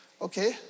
okay